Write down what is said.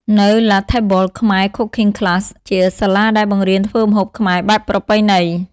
នៅ La Table Khmere Cooking Class ជាសាលាដែលបង្រៀនធ្វើម្ហូបខ្មែរបែបប្រពៃណី ។